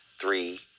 three